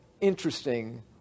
interesting